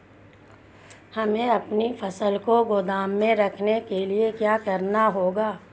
हमें अपनी फसल को गोदाम में रखने के लिये क्या करना होगा?